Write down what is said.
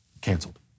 canceled